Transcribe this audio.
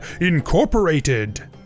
Incorporated